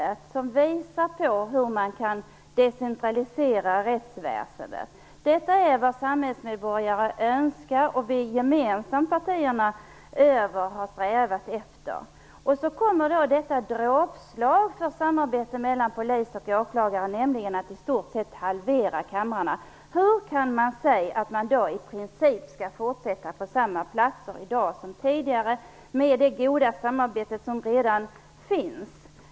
Denna reform visar på hur man kan decentralisera rättsväsendet. Detta är vad samhällsmedborgarna önskar, och vad vi gemensamt bland alla partier har strävat efter. Och så kommer detta dråpslag för samarbetet mellan polis och åklagare! Kamrarna halveras i stort sett! Hur kan man då säga att man i princip skall fortsätta på samma platser som tidigare, och med det goda samarbete som redan finns?